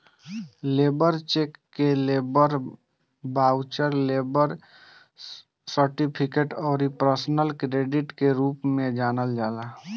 labour cheque के labour voucher, labour certificate अउरी personal credit के रूप में जानल जाला